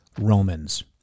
Romans